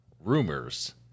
rumors